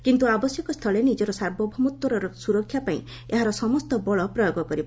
କିନ୍ତୁ ଆବଶ୍ୟକ ସ୍ଥଳେ ନିଜର ସାର୍ବଭୌମତ୍ୱର ସୁରକ୍ଷା ପାଇଁ ଏହାର ସମସ୍ତ ବଳ ପ୍ରୟୋଗ କରିବ